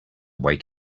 wake